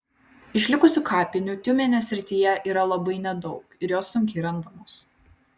išlikusių kapinių tiumenės srityje yra labai nedaug ir jos sunkiai randamos